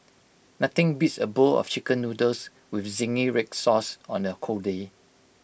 nothing beats A bowl of Chicken Noodles with Zingy Red Sauce on A cold day